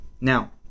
Now